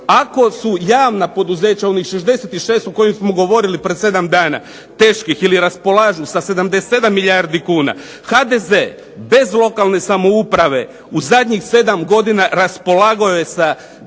Ako su javna poduzeća onih 66 onih o kojima smo govorili prije 7 dana, teških ili raspolažu sa 77 milijardi kuna, HDZ bez lokalne samouprave u zadnjih 7 godina raspolagao je sa